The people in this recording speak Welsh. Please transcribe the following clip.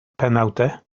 penawdau